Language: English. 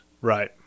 Right